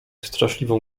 straszliwą